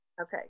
Okay